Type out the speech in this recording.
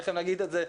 תיכף נגיד את זה.